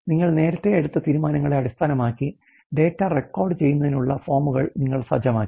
നിങ്ങൾ നേരത്തെ എടുത്ത തീരുമാനങ്ങളെ അടിസ്ഥാനമാക്കി ഡാറ്റ റെക്കോർഡുചെയ്യുന്നതിനുള്ള ഫോമുകൾ നിങ്ങൾ സജ്ജമാക്കി